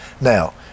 Now